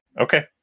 Okay